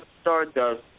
Stardust